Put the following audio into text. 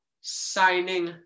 Signing